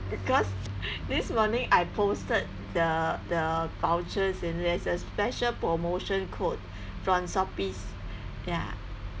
because this morning I posted the the vouchers and there's special promotion code from shopee ya